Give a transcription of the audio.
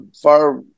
far